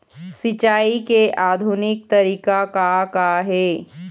सिचाई के आधुनिक तरीका का का हे?